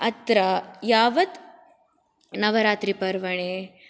अत्र यावत् नवरात्रिपर्वणे